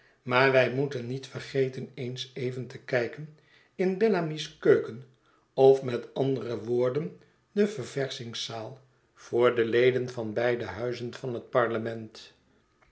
maar wij moeten niet vergeten eens even te kijken in bellamy's keuken of met andere woorden de ververschingszaal voordeledenvanbeide huizen van het parlement